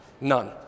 None